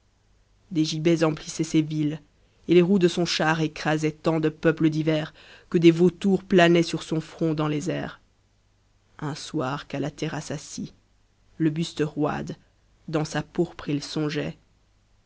des gibets emplissaient ses villes et les roues de son char écrasaient tant de peuples divers que des vautours planaient sur son front dans les airs un soir qui la terrasse assis le buste roide dans sa pourpre il songeait